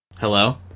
Hello